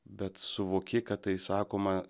bet suvoki kad tai sakoma